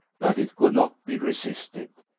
that it could not be resisted,